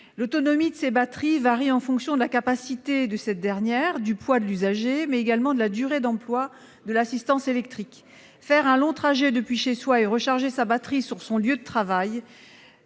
L'autonomie de ces batteries varie en fonction de la capacité de ces dernières, du poids de l'usager, mais également de la durée d'emploi de l'assistance électrique. Après avoir parcouru un long trajet depuis chez soi, devoir recharger sa batterie sur son lieu de travail